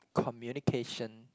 communication